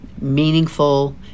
meaningful